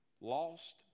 Lost